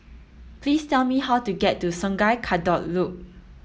please tell me how to get to Sungei Kadut Loop